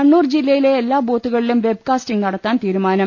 കണ്ണൂർ ജില്ലയിലെ എല്ലാ ബൂത്തുകളിലും വെബ്കാസ്റ്റിങ് നട ത്താൻ തീരുമാനം